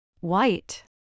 White